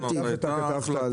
בסדר, הינה, הוא אומר שהייתה החלטה.